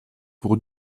pour